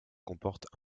comporte